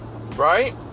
right